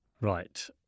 Right